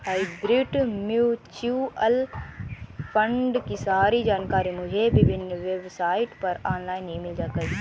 hybrid mutual fund की सारी जानकारी मुझे विभिन्न वेबसाइट पर ऑनलाइन ही मिल गयी